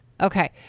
Okay